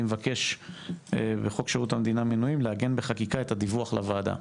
אני מבקש בחוק שירות המדינה מינויים לעגן בחקיקה את הדיווח לוועדה.